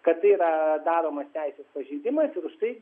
kad tai yra daromas teisės pažeidimas ir už tai